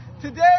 today